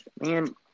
Man